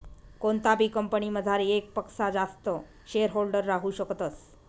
कोणताबी कंपनीमझार येकपक्सा जास्त शेअरहोल्डर राहू शकतस